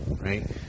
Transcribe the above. right